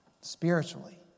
spiritually